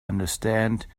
understand